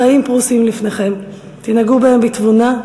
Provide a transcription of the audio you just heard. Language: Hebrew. החיים פרוסים לפניכם, תנהגו בהם בתבונה,